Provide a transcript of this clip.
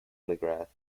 mcgrath